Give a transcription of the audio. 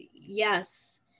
yes